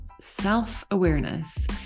self-awareness